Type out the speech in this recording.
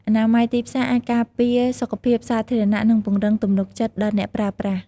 អនាម័យទីផ្សារអាចការពារសុខភាពសាធារណៈ និងពង្រឹងទំនុកចិត្តដល់អ្នកប្រើប្រាស់។